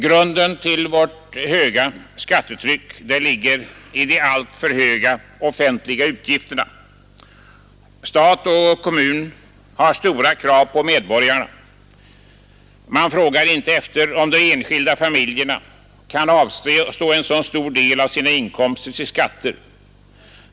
Grunden till vårt höga skattetryck ligger i de alltför höga offentliga utgifterna. Stat och kommun har stora krav på medborgarna. Man frågar inte efter om de enskilda familjerna kan avstå en så stor del av sina inkomster till skatter.